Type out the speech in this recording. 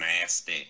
nasty